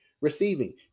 receiving